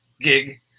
gig